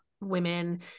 women